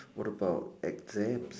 what about exams